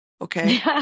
okay